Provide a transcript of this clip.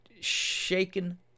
shaken